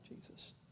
Jesus